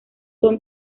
son